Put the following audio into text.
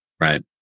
Right